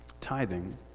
tithing